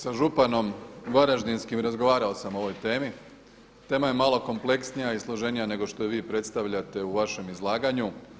Sa županom varaždinskim razgovarao sam o ovoj temi, tema je malo kompleksnija i složenija nego što je vi predstavljate u vašem izlaganja.